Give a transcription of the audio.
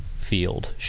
field